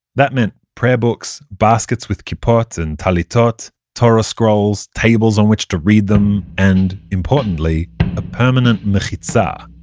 that meant prayer books, baskets with kippot and talitot, torah scrolls, tables on which to read them, and importantly a permanent mechitzah,